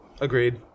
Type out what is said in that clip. Agreed